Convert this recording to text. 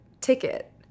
ticket